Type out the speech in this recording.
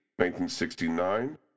1969